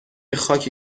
خاکی